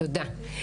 תודה.